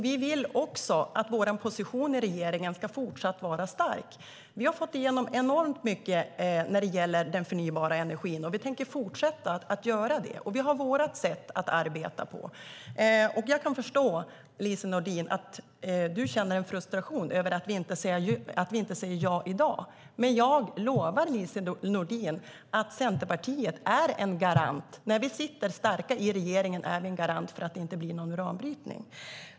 Vi vill också att vår position i regeringen ska vara fortsatt stark. Vi har fått igenom enormt mycket när det gäller den förnybara energin. Vi tänker fortsätta att göra detta. Vi har vårt sätt att arbeta på. Jag kan förstå att du känner en frustration över att vi inte säger ja i dag, Lise Nordin. Men jag lovar, Lise Nordin, att Centerpartiet är en garant. När vi sitter starka i regeringen är vi en garant för att det inte blir någon uranbrytning.